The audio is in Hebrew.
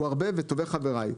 הוא הרבה וטובי חבריי,